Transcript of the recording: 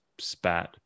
spat